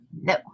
no